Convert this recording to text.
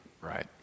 right